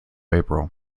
april